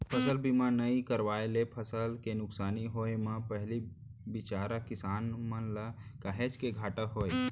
फसल बीमा नइ करवाए ले फसल के नुकसानी होय म पहिली बिचारा किसान मन ल काहेच के घाटा होय